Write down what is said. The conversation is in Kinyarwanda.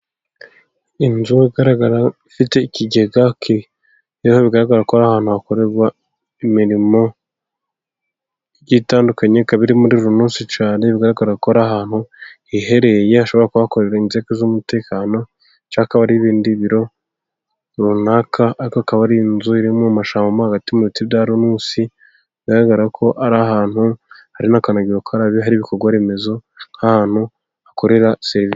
Inzu igaragara ifite ikigega bigaragara ko ari ahantu hakorerwa imirimo itandukanye . Ikaba iri muri uyu munsi cyane ubwakora akora ahantu hiherereye hashobora kuba hakorera inzego z'umutekano shakaho ibindi biro runaka. Akaba ari inzu iri mu mashamba hagati mu biti bya runusi. Bigaragara ko ari ahantu hari na kandagira ukarabe ,hari ibikorwa remezo nk'ahantu hakorera serivisi.